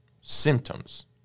symptoms